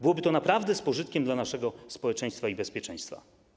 Byłoby to naprawdę z pożytkiem dla naszego społeczeństwa i bezpieczeństwa.